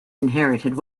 inherited